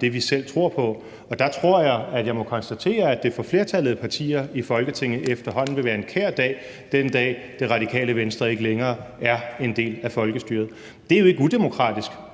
det, vi selv tror på. Og der tror jeg, at jeg må konstatere, at det for flertallet af partier i Folketinget efterhånden vil være en kær dag den dag, Radikale Venstre ikke længere er en del af folkestyret. Det er jo ikke udemokratisk,